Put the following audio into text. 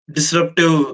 Disruptive